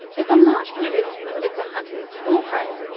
if a large predator is limited to hunting small prey,